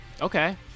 Okay